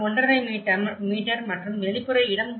5 metre மற்றும் வெளிப்புற இடம் இல்லை